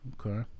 Okay